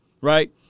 right